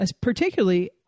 particularly